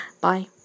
Bye